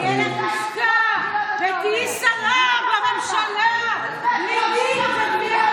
תהיה לך צ'קלקה, יהיה לך משרד, תהיה לך